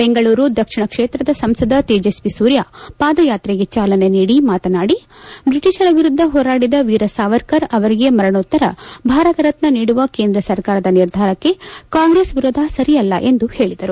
ಬೆಂಗಳೂರು ದಕ್ಷಿಣ ಕ್ಷೇತ್ರದ ಸಂಸದ ತೇಜಸ್ವಿ ಸೂರ್ಯ ಪಾದಯಾತ್ರೆಗೆ ಚಾಲನೆ ನೀಡಿ ಮಾತನಾಡಿ ಬ್ರಿಟಿಷರ ವಿರುದ್ದ ಹೋರಾಡಿದ ವೀರ ಸಾವರ್ಕರ್ ಅವರಿಗೆ ಮರಣೋತ್ತರ ಭಾರತ ರತ್ನ ನೀಡುವ ಕೇಂದ್ರ ಸರ್ಕಾರದ ನಿರ್ಧಾರಕ್ಷೆ ಕಾಂಗ್ರೆಸ್ ವಿರೋಧ ಸರಿಯಲ್ಲ ಎಂದು ಹೇಳಿದರು